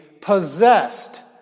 possessed